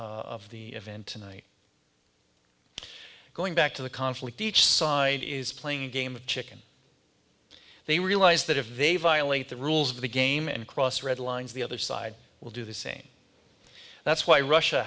of the event tonight going back to the conflict each side is playing a game of chicken they realize that if they violate the rules of the game and cross red lines the other side will do the same that's why russia